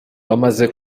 bamaze